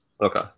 Okay